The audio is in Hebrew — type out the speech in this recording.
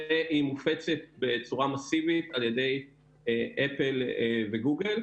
והיא מופצת בצורה מסיבית על ידי אפל וגוגל,